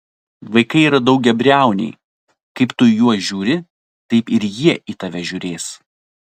vaikai yra daugiabriauniai kaip tu į juos žiūri taip ir jie į tave žiūrės